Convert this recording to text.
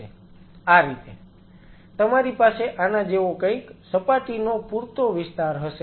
આ રીતે તમારી પાસે આના જેવો કંઈક સપાટીનો પૂરતો વિસ્તાર હશે